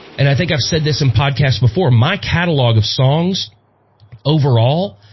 and i think i've said this in podcast before my catalog of songs overall,